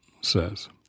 says